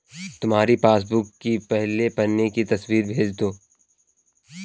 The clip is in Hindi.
तुम्हारी पासबुक की पहले पन्ने की तस्वीर भेज दो